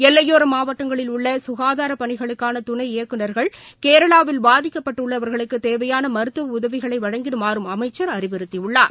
எல்லையோரமாவட்டங்களில் உள்ளசுகாதாரப் பணிகளுக்கானதுணை இயக்குனர்கள் கேரளாவில் பாதிக்கப்பட்டுள்ளவர்களுக்குதேவையானமருத்துவஉதவிகளைவழங்கிடுமாறும அமைச்சர் அறிவுறுத்தியுள்ளார்